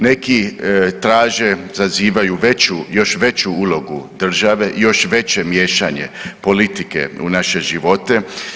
Neki traže, zazivaju još veću ulogu države, još veće miješanje politike u naše živote.